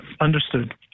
Understood